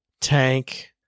tank